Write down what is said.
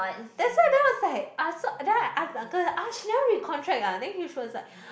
that's why then I was like ah so then I ask uncle ah she never read contract ah then he was like